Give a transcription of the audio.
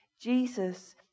Jesus